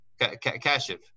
Kashif